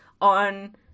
on